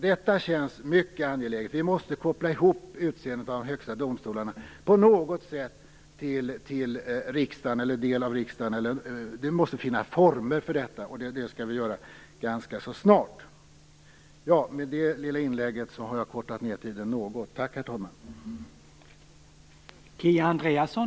Detta känns mycket angeläget. Vi måste på något sätt koppla ihop utseendet av de högsta domstolarna till riksdagen eller del av riksdagen. Vi måste finna former för detta, och det skall vi göra ganska så snart. Med detta lilla inlägg har jag kortat ned min taletid något. Tack, herr talman!